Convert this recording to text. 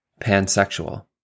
pansexual